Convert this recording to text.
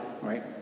Right